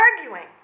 arguing